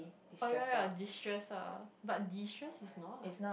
oh ya ya destress ah but destress is not